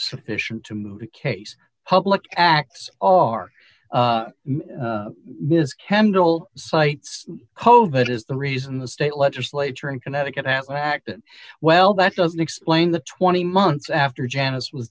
sufficient to move the case public acts are missed kendall cites covert is the reason the state legislature in connecticut act well that doesn't explain the twenty months after janice was